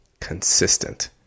consistent